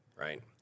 right